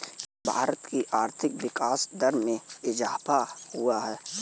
भारत की आर्थिक विकास दर में इजाफ़ा हुआ है